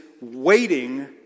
waiting